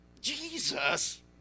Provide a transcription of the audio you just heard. Jesus